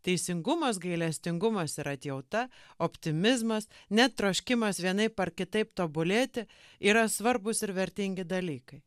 teisingumas gailestingumas ir atjauta optimizmas net troškimas vienaip ar kitaip tobulėti yra svarbūs ir vertingi dalykai